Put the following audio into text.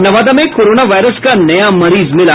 और नवादा में corona virus का नया मरीज मिला